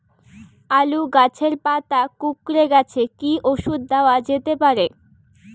আলু গাছের পাতা কুকরে গেছে কি ঔষধ দেওয়া যেতে পারে?